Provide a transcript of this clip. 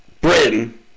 Britain